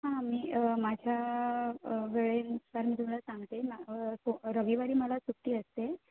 हां मी माझ्या वेळेनुसार मी तुम्हाला सांगते सो रविवारी मला सुट्टी असते